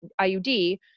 IUD